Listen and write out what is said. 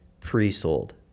pre-sold